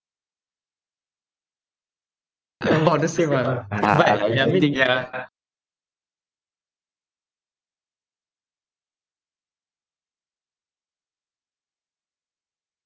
about the same ah but I mean ya